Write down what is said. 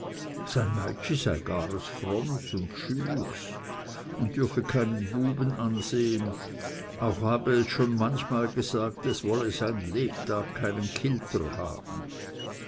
fromms und schüchs und dürfe keinen buben ansehen auch habe es schon manchmal gesagt es wolle sein lebtag keinen kilter haben